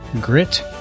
grit